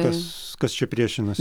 kas kas čia priešinosi